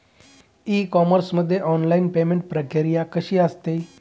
E commerce मध्ये online payment प्रक्रिया कशी असते?